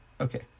Okay